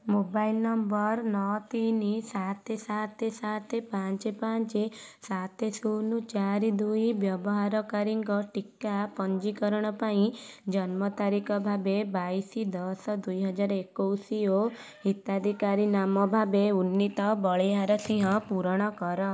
mobile number ନଅ ତିନି ସାତ ସାତ ସାତ ପାଞ୍ଚ ପାଞ୍ଚ ସାତ ଶୂନ ଚାରି ଦୁଇ ବ୍ୟବହାରକାରୀଙ୍କ ଟୀକା ପଞ୍ଜୀକରଣ ପାଇଁ ଜନ୍ମତାରିଖ ଭାବେ ବାଇଶ ଦଶ ଦୁଇ ହଜାର ଏକୋଇଶ ଓ ହିତାଧିକାରୀ ନାମ ଭାବେ ଉନ୍ନିତ ବଳିହାରସିଂହ ପୂରଣ କର